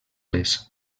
les